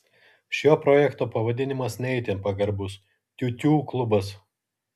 šio projekto pavadinimas ne itin pagarbus tiutiū klubas